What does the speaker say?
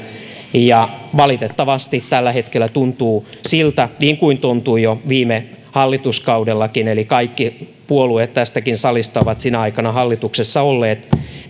ja valitettavasti tällä hetkellä tuntuu siltä niin kuin tuntui jo viime hallituskaudellakin eli kaikki puolueet tästäkin salista ovat sinä aikana hallituksessa olleet